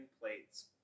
plates